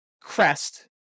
crest